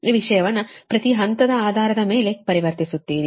ಈ ವಿಷಯವನ್ನು ಪ್ರತಿ ಹಂತದ ಆಧಾರದ ಮೇಲೆ ಪರಿವರ್ತಿಸುತ್ತೀರಿ